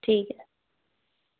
ठीक ऐ